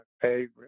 favorite